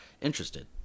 interested